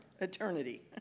eternity